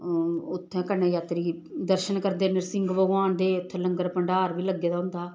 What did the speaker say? उत्थें कन्नै यात्री दर्शन करदे नरसिंह भगवान दे उत्थै लंगर भंडार बी लग्गे दा होंदा